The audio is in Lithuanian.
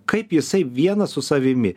kaip jisai vienas su savimi